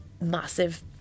massive